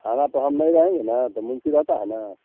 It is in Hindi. थाने पर हम नहीं रहेंगे ना तो मुंशी रहता है ना